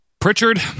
Pritchard